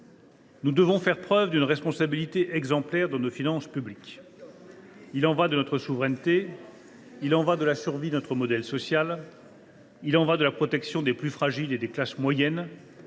Nous devons faire preuve d’une responsabilité exemplaire dans la gestion de nos finances publiques. « Il y va de notre souveraineté, de la survie de notre modèle social et de la protection des plus fragiles et des classes moyennes,